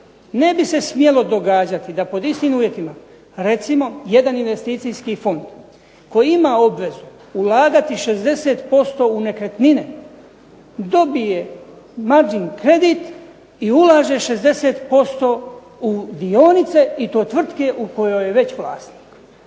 ne bi se smjelo događati da pod istim uvjetima recimo jedan investicijski fond koji ima obvezu ulagati 60% u nekretnine dobije margin kredit i ulaže 60% u dionice i to tvrtke u kojoj je već vlasnik.